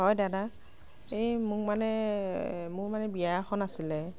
হয় দাদা এই মোক মানে মোৰ মানে বিয়া এখন আছিলে